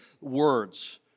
words